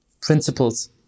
Principles